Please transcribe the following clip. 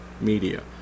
media